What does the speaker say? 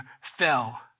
fell